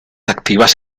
activas